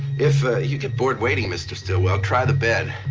if you get bored waiting, mr. stillwell, try the bed.